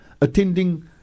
attending